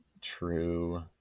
true